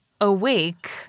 awake